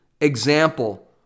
example